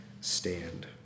stand